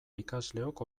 ikasleok